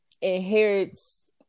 inherits